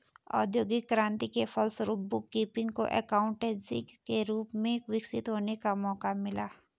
औद्योगिक क्रांति के फलस्वरूप बुक कीपिंग को एकाउंटेंसी के रूप में विकसित होने का मौका मिला